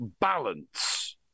balance